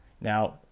now